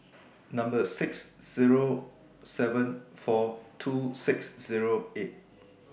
Number six Zero seven four two six Zero eight